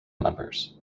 members